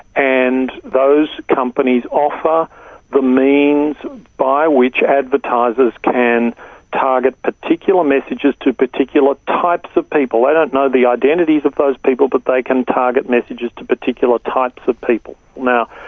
and those companies offer the means by which advertisers can target particular messages to particular types of people. they don't know the identities of those people, but they can target messages to particular types of people. now,